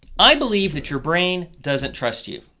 i believe that your brain doesn't trust you.